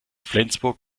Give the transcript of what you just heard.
flensburg